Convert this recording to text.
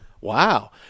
Wow